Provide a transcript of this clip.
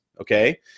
okay